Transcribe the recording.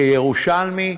כירושלמי,